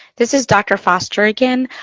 this is dr. foster again.